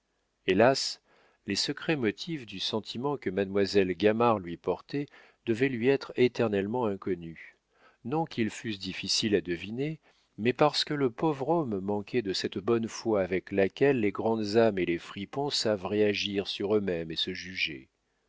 hélas les secrets motifs du sentiment que mademoiselle gamard lui portait devaient lui être éternellement inconnus non qu'ils fussent difficiles à deviner mais parce que le pauvre homme manquait de cette bonne foi avec laquelle les grandes âmes et les fripons savent réagir sur eux-mêmes et se